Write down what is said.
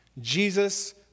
Jesus